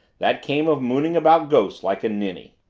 that came of mooning about ghosts like a ninny.